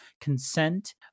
consent